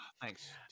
Thanks